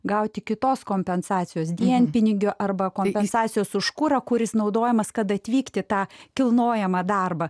gauti kitos kompensacijos dienpinigių arba kompensacijos už kurą kuris naudojamas kad atvykti tą kilnojamą darbą